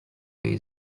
jej